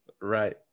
right